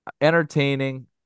Entertaining